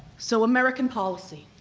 so american policy.